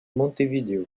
montevideo